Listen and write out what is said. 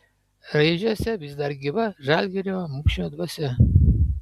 raižiuose vis dar gyva žalgirio mūšio dvasia